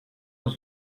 dans